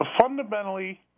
fundamentally